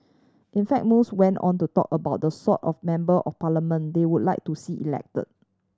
in fact most went on to talk about the sort of Member of Parliament they would like to see elected